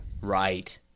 Right